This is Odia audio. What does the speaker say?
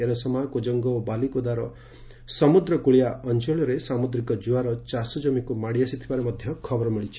ଏରସମା କୁଜଙ୍ଗ ଓ ବାଲିକୁଦାର ସମୁଦ୍ର କୁଳିଆ ଅଞ୍ଚଳରେ ସାମୁଦ୍ରିକ ଜୁଆର ଚାଷ ଜମିକୁ ମାଡ଼ି ଆସିଥିବାର ଖବର ମିଳିଛି